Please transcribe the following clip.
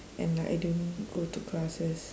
and like I didn't go to classes